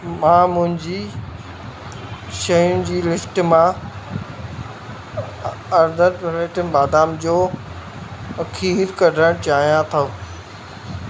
मां मुंहिंजी शयुनि जी लिस्ट मां अरदर पिमेटिव बादाम जो खीर कढण चाहियां थो